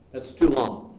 that's too long.